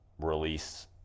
release